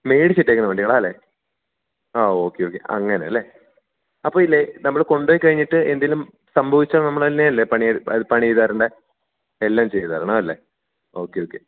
മേടിച്ചിട്ടേക്കുന്ന വണ്ടികളാല്ലേ ആ okay okay അങ്ങനെ അല്ലേ അപ്പം ഈ നമ്മൾ കൊണ്ടുപോയി കഴിഞ്ഞിട്ട് എന്തേലും സംഭവിച്ചാൽ നമ്മൾ തന്നെ അല്ലേ പണി പണിചെയ്ത് തരേണ്ടത് എല്ലാം ചെയ്ത് തരണം അല്ലേ ഓക്കെ ഓക്കെ